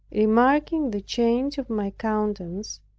remarking the change of my countenance,